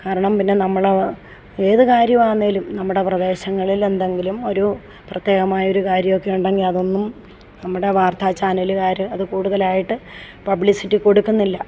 കാരണം പിന്നെ നമ്മൾ ഏതു കാര്യമാന്നേലും നമ്മുടെ പ്രദേശങ്ങളിൽ എന്തെങ്കിലും ഒരു പ്രത്യേകമായ ഒരു കാര്യമൊക്കെയുണ്ടെങ്കിൽ അതൊന്നും നമ്മുടെ വാർത്താ ചാനലുകാർ അതു കുടുതലായിട്ട് പബ്ലിസിറ്റി കൊടുക്കുന്നില്ല